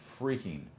freaking